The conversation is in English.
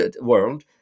world